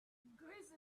greece